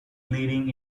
leading